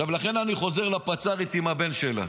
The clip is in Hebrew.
עכשיו לכן אני חוזר לפצ"רית עם הבן שלה.